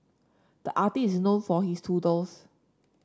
the artist is known for his doodles